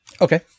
Okay